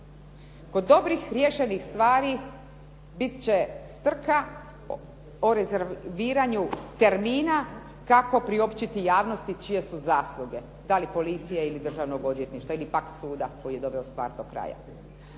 Kod dobrih riješenih stvari bit će strka o rezerviranju termina kako priopćiti javnosti čije su zasluge, da li policije ili državnog odvjetništva, ili pak suda koji je doveo stvar do kraja.